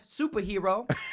superhero